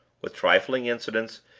with trifling incidents,